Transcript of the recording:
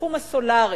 בתחום הסולרי